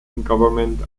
gouvernement